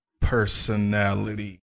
personality